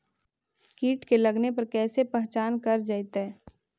कीट के लगने पर कैसे पहचान कर जयतय?